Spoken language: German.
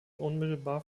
unmittelbar